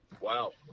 wow